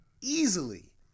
easily